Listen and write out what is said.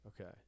Okay